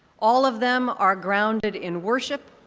all of them are grounded in worship,